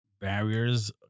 barriers